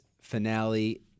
finale